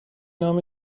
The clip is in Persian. نام